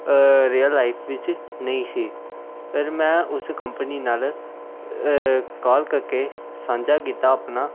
real life ਵਿੱਚ ਨਹੀਂ ਸੀ ਫਿਰ ਮੈਂ ਉਸ ਕੰਪਨੀ ਨਾਲ ਕਾਲ ਕਰਕੇ ਸਾਂਝਾ ਕੀਤਾ ਆਪਣਾ